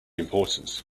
important